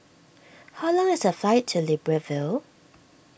how long is the flight to Libreville